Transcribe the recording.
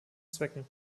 zwecken